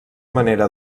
manera